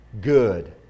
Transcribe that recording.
good